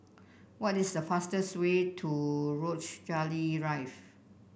what is the fastest way to Rochalie